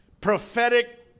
prophetic